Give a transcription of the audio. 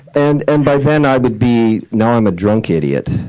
and and by then, i would be now i'm a drunk idiot,